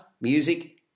music